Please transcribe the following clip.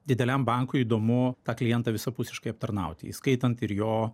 dideliam bankui įdomu tą klientą visapusiškai aptarnauti įskaitant ir jo